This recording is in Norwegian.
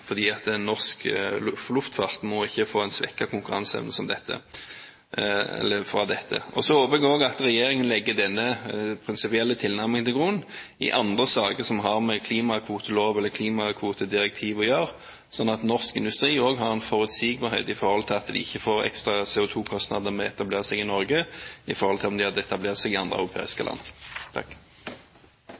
norsk luftfart må ikke få en svekket konkurranse av dette. Så håper jeg også at regjeringen legger denne prinsipielle tilnærmingen til grunn i andre saker som har med klimakvotelov eller klimakvotedirektiv å gjøre, slik at norsk industri også har en forutsigbarhet med hensyn til at de ikke får ekstra CO2-kostnader ved å etablere seg i Norge i forhold til om de hadde etablert seg i andre europeiske land.